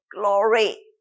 glory